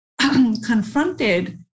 confronted